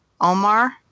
Omar